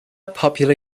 popular